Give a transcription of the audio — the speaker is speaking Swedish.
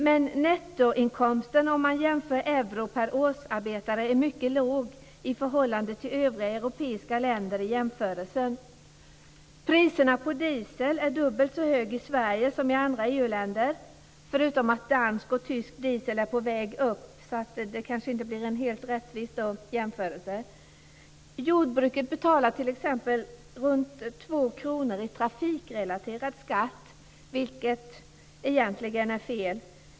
Men nettoinkomsten om man jämför euro per årsarbetare är mycket låg i förhållande till övriga europeiska länder. Priset på diesel är dubbelt så högt i Sverige som i andra EU-länder, förutom att dansk och tysk diesel är på väg upp - jämförelsen blir inte helt rättvis. Jordbruket betalar t.ex. ca 2 kr i trafikrelaterad skatt - vilket egentligen är fel.